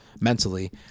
mentally